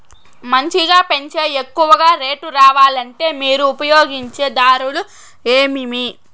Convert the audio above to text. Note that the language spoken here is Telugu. మంచిగా పెంచే ఎక్కువగా రేటు రావాలంటే మీరు ఉపయోగించే దారులు ఎమిమీ?